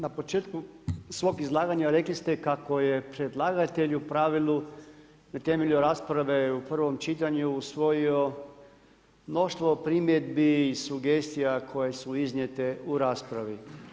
Na početku svog izlaganja rekli ste kako je predlagatelj u pravilu na temelju rasprave u prvom čitanju usvojio mnoštvo primjedbi i sugestija koje su iznijete u raspravi.